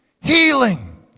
Healing